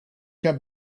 can